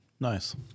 Nice